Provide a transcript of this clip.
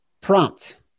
prompt